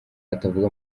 atavuga